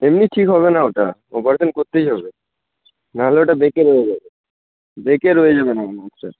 এমনি ঠিক হবে না ওটা অপারেশান করতেই হবে নাহলে ওটা বেঁকে রয়ে যাবে বেঁকে রয়ে যাবে